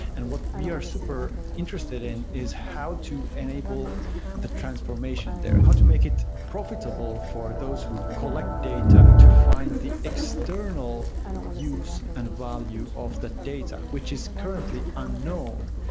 and what we are super interested in is how to enable the transformation there. how to make it profitable for those who collect data to find the external use and value of the data, which is currently unknown.